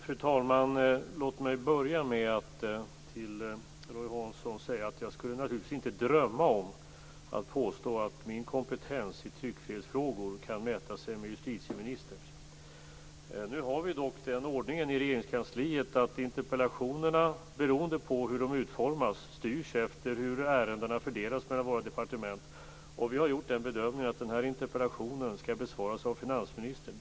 Fru talman! Låt mig börja med att säga till Roy Hansson att jag naturligtvis inte skulle drömma om att påstå att min kompetens i tryckfrihetsfrågor kan mäta sig med justitieministerns. Nu har vi dock den ordningen i Regeringskansliet att ärendena fördelas mellan våra departement beroende på hur interpellationerna utformas. Vi har gjort den bedömningen att den här interpellationen skall besvaras av finansministern.